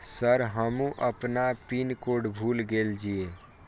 Sir हमू अपना pin code भूल गेल जीये?